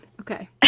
okay